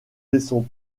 laissons